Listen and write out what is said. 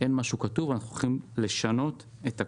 אין משהו כתוב, ואנחנו הולכים לשנות את הכול.